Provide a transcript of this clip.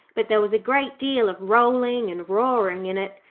but there was a great deal of rolling and roaring in it,